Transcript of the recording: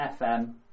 FM